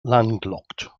landlocked